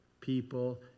people